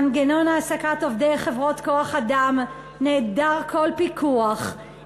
מנגנון העסקת עובדי חברות כוח-אדם נעדר כל פיקוח,